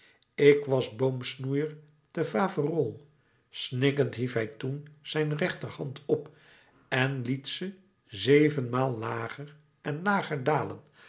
ik was boomsnoeier te faverolles snikkend hief hij toen zijn rechterhand op en liet ze zevenmaal lager en lager dalen